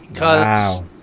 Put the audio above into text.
Wow